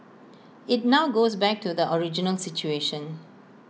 IT now goes back to the original situation